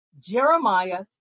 Jeremiah